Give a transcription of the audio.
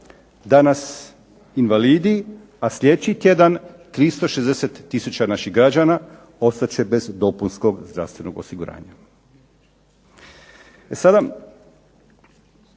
Danas invalidi, a sljedeći tjedan 360 tisuća naših građana ostat će bez dopunskog zdravstvenog osiguranja.